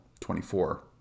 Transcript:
24